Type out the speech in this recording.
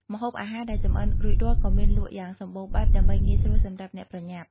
ម្ហូបអាហារដែលចម្អិនរួចរាល់ក៏មានលក់យ៉ាងសម្បូរបែបដើម្បីងាយស្រួលសម្រាប់អ្នកប្រញាប់។